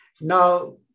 Now